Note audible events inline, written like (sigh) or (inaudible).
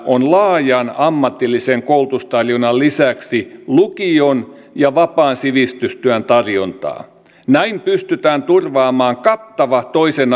on laajan ammatillisen koulutustarjonnan lisäksi lukion ja vapaan sivistystyön tarjontaa näin pystytään turvaamaan kattava toisen (unintelligible)